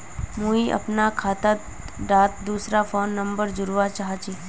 मुई अपना खाता डात दूसरा फोन नंबर जोड़वा चाहची?